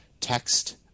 text